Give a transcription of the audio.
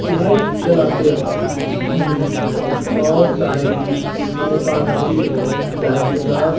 bike چلاتے وقت ہمیں بہت ساری حفاظتی تحفظات